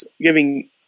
Giving